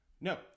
no